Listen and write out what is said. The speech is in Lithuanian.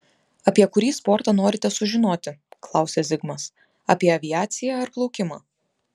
apie kurį sportą norite sužinoti klausia zigmas apie aviaciją ar plaukimą